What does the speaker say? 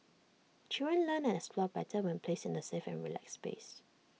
children learn and explore better when placed in A safe and relaxed space